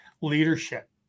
leadership